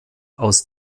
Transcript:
aus